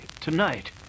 tonight